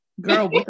girl